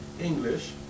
English